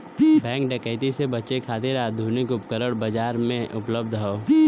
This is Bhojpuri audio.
बैंक डकैती से बचे खातिर आधुनिक उपकरण बाजार में उपलब्ध हौ